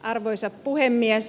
arvoisa puhemies